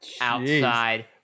outside